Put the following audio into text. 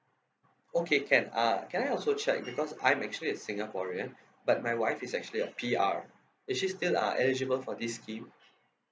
okay can uh can I also check because I'm actually a singaporean but my wife is actually a P_R is she still uh eligible for this scheme